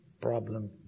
problem